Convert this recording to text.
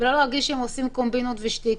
לא להרגיש שהם עושים קומבינות ושטיקים.